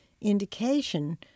indication